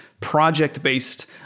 project-based